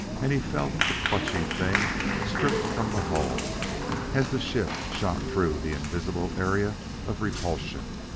and he felt the clutching thing stripped from the hull as the ship shot through the invisible area of repulsion.